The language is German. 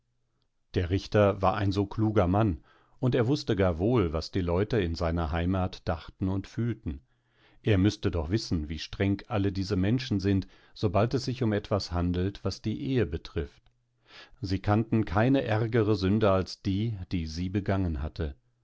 der richter war ein so kluger mann und er wußte gar wohl was die leute in seiner heimat dachten und fühlten er müßte doch wissen wie streng alle diese menschen sind sobald es sich um etwas handelt was die ehe betrifft sie kannten keine ärgere sünde als die die sie begangen hatte